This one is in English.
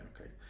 okay